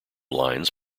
lines